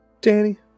Danny